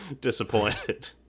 Disappointed